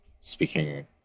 speaking